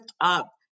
up